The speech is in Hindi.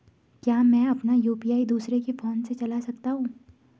क्या मैं अपना यु.पी.आई दूसरे के फोन से चला सकता हूँ?